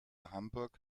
hamburg